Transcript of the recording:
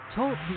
Talk